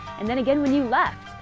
and then again when you left,